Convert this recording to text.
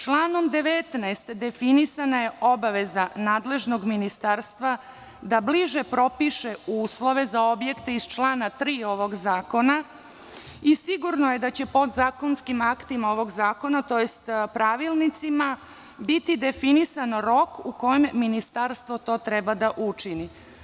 Članom 19. definisana je obaveza nadležnog ministarstva da bliže propiše uslove za objekte iz člana 3. ovog zakona i sigurno je da će podzakonskim aktima ovog zakona tj. pravilnicima biti definisan rok u kom ministarstvo to treba da učini.